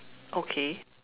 okay